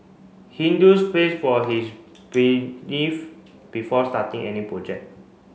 Hindus prays for his before starting any project